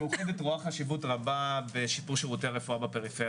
מאוחדת רואה חשיבות רבה בשיפור שירותי הרפואה בפריפריה